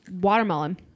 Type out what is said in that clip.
watermelon